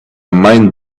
mind